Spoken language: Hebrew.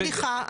סליחה.